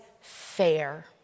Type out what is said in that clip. fair